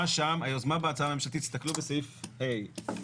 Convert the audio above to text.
היוזמה בהצעה הממשלתית, תסתכלו בסעיף ה'.